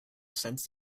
sense